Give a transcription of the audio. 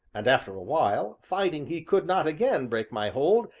and, after a while, finding he could not again break my hold,